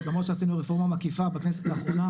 למרות שעשינו רפורמה מקיפה בכנסת האחרונה,